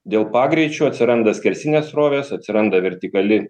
dėl pagreičių atsiranda skersinės srovės atsiranda vertikali